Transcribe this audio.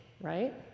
right